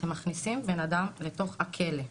אתם מכניסים אדם לתוך הכלא,